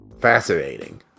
fascinating